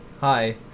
hi